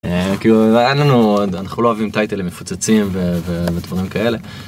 אנחנו לא אוהבים טייטלים מפוצצים ודברים כאלה.